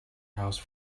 house